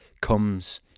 comes